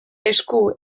esku